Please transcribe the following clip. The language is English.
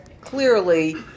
clearly